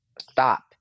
stop